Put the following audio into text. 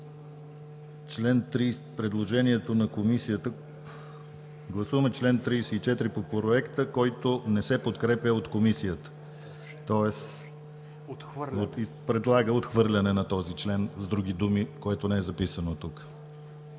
чл. 34 по проекта, който не се подкрепя от Комисията, тоест предлага отхвърляне на този член, което не е записано тук.